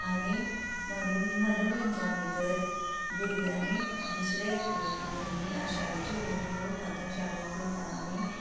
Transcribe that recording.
आनी मनोरंजा भितर भुरग्यांनी दुसऱ्यो एकटिविटी भुरगीं आ शाळेची भुरगीं खूब आतां शाळेंत वयता आनी